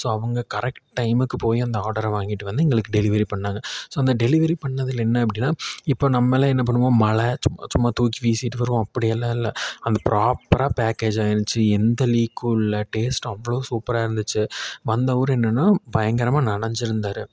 so அவங்க correct டைமுக்கு போய் அந்த ஆர்டரை வாங்கிகிட்டு வந்து எங்களுக்கு டெலிவரி பண்ணாங்க ஸோ அந்த டெலிவரி பண்ணதில் என்ன அப்படினா இப்போ நம்மளே என்ன பண்ணுவோம் மழை சும்மா சும்மா தூக்கி வீசிவிட்டு வருவோம் அப்படியெல்லாம் இல்லை அந்த ப்ராப்பராக பேக்கேஜாகி இருந்துச்சு எந்த லீக்கும் இல்லை டேஸ்ட் அவ்வளோ சூப்பராக இருந்துச்சு வந்தவர் என்னன்னா பயங்கரமாக நனைஞ்சிருந்தாரு